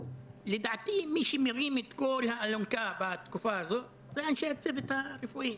לדעתי מי שמרים את האלונקה בתקופה הזאת זה אנשי הצוות הרפואי.